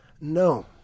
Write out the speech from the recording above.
No